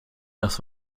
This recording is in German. das